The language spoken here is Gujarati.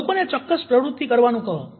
લોકોને ચોક્કસ પ્રવૃત્તિ કરવાનું કહો